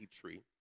tree